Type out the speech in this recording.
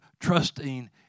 trusting